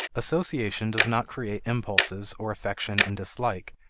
association does not create impulses or affection and dislike,